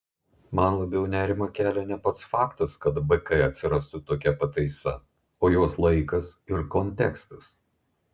man labiau nerimą kelia ne pats faktas kad bk atsirastų tokia pataisa o jos laikas ir kontekstas